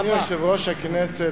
אדוני יושב-ראש הכנסת,